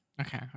Okay